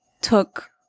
took